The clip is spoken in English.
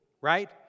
right